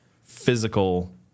physical